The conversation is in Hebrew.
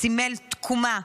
סימל תקומה,